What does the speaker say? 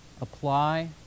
apply